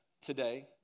today